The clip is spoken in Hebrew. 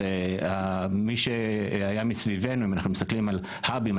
אם אנחנו מסתכלים על האבים,